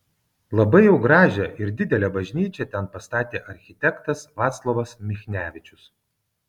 labai jau gražią ir didelę bažnyčią ten pastatė architektas vaclovas michnevičius